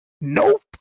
Nope